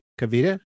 Kavita